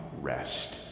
rest